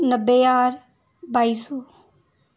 नब्बे ज्हार बाई सौ